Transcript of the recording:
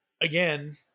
again